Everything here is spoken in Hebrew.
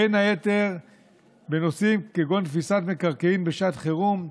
בין היתר בנושאים כגון תפיסת מקרקעין בשעת חירום,